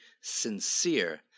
sincere